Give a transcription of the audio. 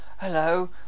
hello